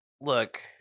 look